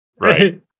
right